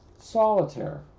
solitaire